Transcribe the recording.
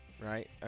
right